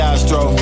Astro